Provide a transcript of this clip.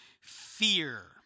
fear